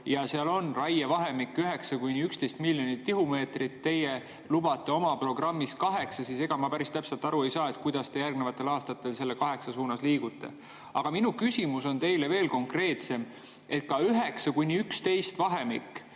ja seal on raievahemik 9–11 miljonit tihumeetrit, teie lubate oma programmis 8, siis ega ma päris täpselt aru ei saa, kuidas te järgnevatel aastatel selle 8 poole liigute. Aga minu küsimus on teile veel konkreetsem. Ka vahemik